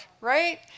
right